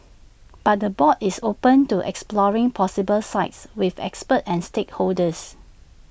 but the board is open to exploring possible sites with experts and stakeholders